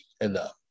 enough